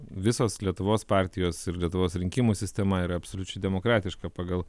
visos lietuvos partijos ir lietuvos rinkimų sistema yra absoliučiai demokratiška pagal